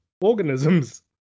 organisms